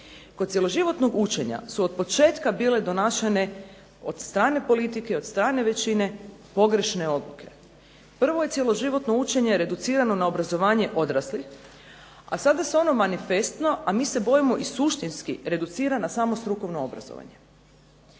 Kod cjeloživotnog učenja su od početka bile donašane od strane politike, od strane većine pogrešne odluke. Prvo je cjeloživotno učenje reducirano na obrazovanje odraslih, a sada se ono manifestno a mi se bojimo i suštinski reducira samo na strukovno obrazovanje.